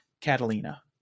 Catalina